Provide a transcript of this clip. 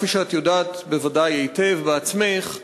כפי שאת יודעת בוודאי היטב בעצמך,